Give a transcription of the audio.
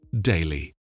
daily